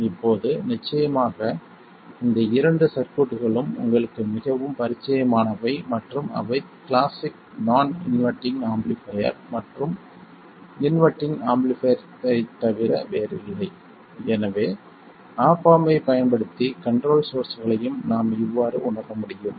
இப்போது நிச்சயமாக இந்த இரண்டு சர்க்யூட்களும் உங்களுக்கு மிகவும் பரிச்சயமானவை மற்றும் அவை கிளாசிக் நான் இன்வெர்ட்டிங் ஆம்பிளிஃபைர் மற்றும் இன்வெர்ட்டிங் ஆம்பிளிஃபைர்ரைத் தவிர வேறில்லை எனவே ஆப் ஆம்ப் ஐப் பயன்படுத்தி கண்ட்ரோல் சோர்ஸ்களையும் நாம் இவ்வாறு உணர முடியும்